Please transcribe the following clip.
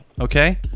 Okay